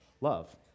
love